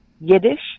Yiddish